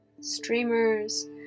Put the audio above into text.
Streamers